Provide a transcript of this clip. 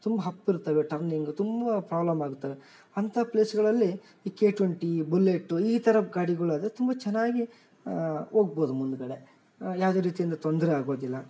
ತುಂಬ ಹಪ್ ಇರ್ತವೆ ಟರ್ನಿಂಗ್ ತುಂಬ ಪ್ರಾಬ್ಲಮ್ ಆಗತ್ತೆ ಅಂಥ ಪ್ಲೇಸ್ಗಳಲ್ಲಿ ಈ ಕೆ ಟ್ವೆಂಟಿ ಬುಲೇಟು ಈ ಥರ ಗಾಡಿಗಳ್ ಆದರೆ ತುಂಬ ಚೆನ್ನಾಗಿ ಹೋಗ್ಬೋದ್ ಮುಂದುಗಡೆ ಯಾವುದೇ ರೀತಿಯಿಂದ ತೊಂದರೆ ಆಗೋದಿಲ್ಲ